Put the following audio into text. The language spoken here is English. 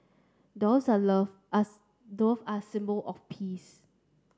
doves are love us dove are symbol of peace